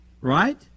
Right